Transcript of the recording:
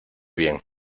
bien